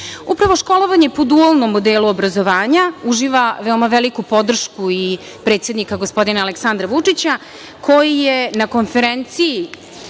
školovanje po dualnom modelu obrazovanja uživa veoma veliku podršku i predsednika gospodina Aleksandra Vučića, koji je na konferenciji